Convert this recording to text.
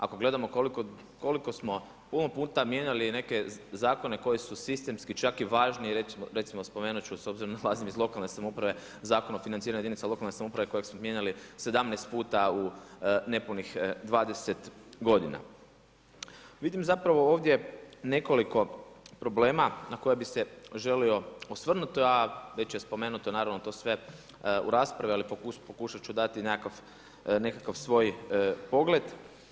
Ako gledamo koliko smo puno puta mijenjali i neke zakone koji su sistemski čak i važniji, recimo spomenut ću s obzirom da dolazim iz lokalne samouprave, Zakon o financiranju jedinica lokalne samouprave kojeg smo mijenjali 17 puta u nepunih 20 g. Vidim zapravo ovdje nekoliko problema na koje bi se želio osvrnut, a već je spomenuto naravno to sve u raspravi ali pokušat ću dati nekakav svoj pogled.